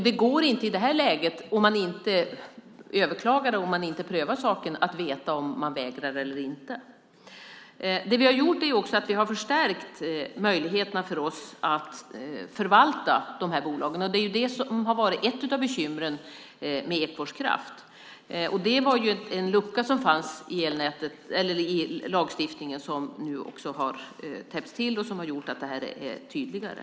Det går inte i det här läget, om man inte överklagar och inte prövar saken, att veta om det är en vägran eller inte. Det vi har gjort är att vi har förstärkt möjligheterna för oss att förvalta de här bolagen. Det är det som har varit ett av bekymren med Ekfors Kraft. Det var en lucka som fanns i lagstiftningen som nu har täppts till och som har gjort att det här är tydligare.